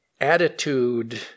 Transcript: attitude